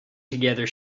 together